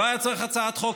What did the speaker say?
לא היה צריך הצעת חוק.